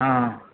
હા